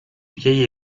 vieille